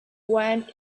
went